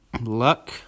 Luck